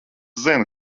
zinu